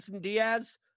diaz